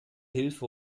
hilfe